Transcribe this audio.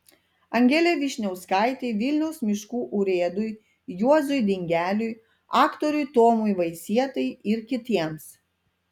angelei vyšniauskaitei vilniaus miškų urėdui juozui dingeliui aktoriui tomui vaisietai ir kitiems